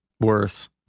Worse